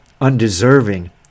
undeserving